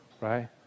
right